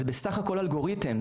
זה בסך הכול אלגוריתם,